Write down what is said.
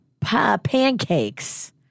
pancakes